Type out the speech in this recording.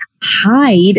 hide